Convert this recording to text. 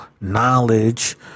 knowledge